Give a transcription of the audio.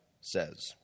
says